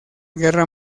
guerra